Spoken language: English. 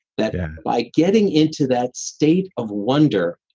that by getting into that state of wonder,